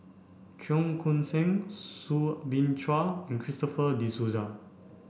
Cheong Koon Seng Soo Bin Chua and Christopher De Souza